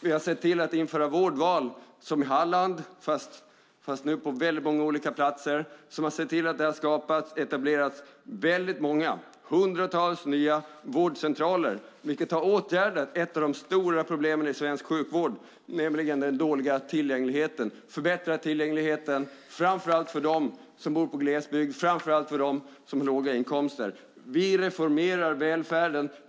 Vi har sett till att införa vårdval som i Halland fast nu på många olika platser. Det har sett till att det har etablerats hundratals nya vårdcentraler, vilket har åtgärdat ett av de stora problemen i svensk sjukvård, nämligen den dåliga tillgängligheten. Det har förbättrat tillgängligheten framför allt för dem som bor i glesbygd och för dem som har låga inkomster. Vi reformerar välfärden.